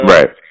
Right